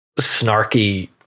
snarky